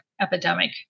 epidemic